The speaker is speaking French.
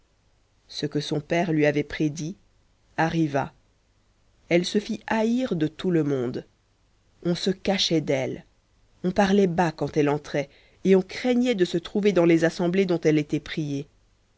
ce que son père lui avait prédit arriva elle se fit haïr de tout le monde on se cachait d'elle on parlait bas quand elle entrait et on craignait de se trouver dans les assemblées dont elle était priée